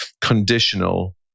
conditional